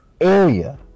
area